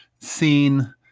seen